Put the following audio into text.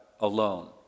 alone